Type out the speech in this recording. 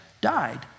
died